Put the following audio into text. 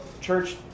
church